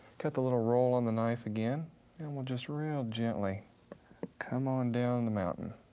cut the little roll on the knife again and we'll just real gently come on down the mountain.